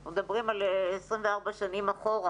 אנחנו מדברים על 24 שנים אחורה.